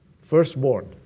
Firstborn